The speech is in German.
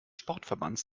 sportverbands